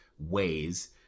ways